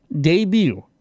debut